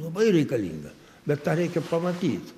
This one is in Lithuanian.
labai reikalinga bet tą reikia pamatyt